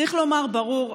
צריך לומר ברור,